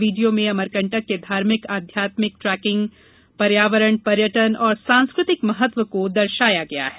video में अमरकंटक के धार्मिक आध्यात्मिक ट्रैकिंग पर्यावरण पर्यटन और सांस्कृतिक महत्व को दर्शाया गया है